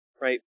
Right